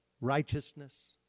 righteousness